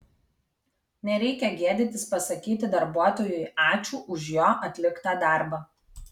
nereikia gėdytis pasakyti darbuotojui ačiū už jo atliktą darbą